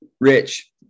Rich